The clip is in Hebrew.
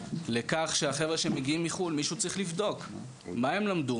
לכך שאת החבר'ה שמגיעים מחו"ל מישהו צריך לבדוק מה הם למדו,